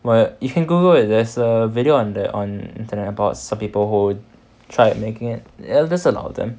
what you can Google there's a video on the on internet about some people who tried making it there's a lot of them